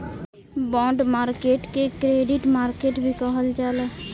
bond market के credit market भी कहल जाला